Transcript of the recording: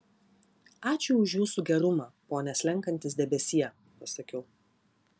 ačiū už jūsų gerumą pone slenkantis debesie pasakiau